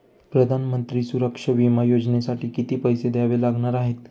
प्रधानमंत्री सुरक्षा विमा योजनेसाठी किती पैसे द्यावे लागणार आहेत?